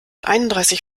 einunddreißig